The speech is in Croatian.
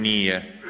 Nije.